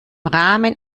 rahmen